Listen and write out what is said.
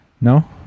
no